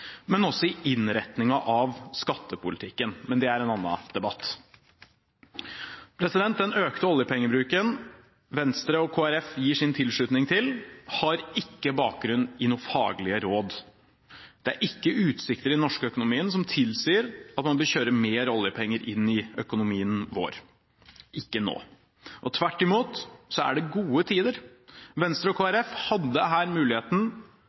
men også gjennom innretningen av skattepolitikken, men det er en annen debatt. Den økte oljepengebruken som Venstre og Kristelig Folkeparti gir sin tilslutning til, har ikke bakgrunn i faglige råd. Det er ikke utsikter i den norske økonomien som tilsier at man bør kjøre mer oljepenger inn i økonomien vår – ikke nå, tvert imot er det gode tider. Venstre og Kristelig Folkeparti hadde muligheten